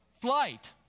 flight